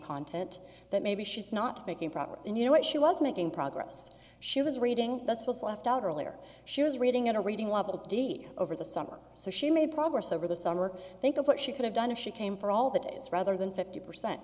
content that maybe she's not making progress and you know what she was making progress she was reading this was left out earlier she was reading at a reading level d over the summer so she made progress over the summer think of what she could have done if she came for all the days rather than fifty percent